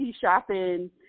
shopping